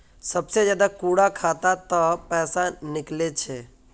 सबसे ज्यादा कुंडा खाता त पैसा निकले छे?